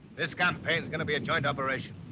this campaign's going to be a joint operation.